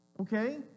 Okay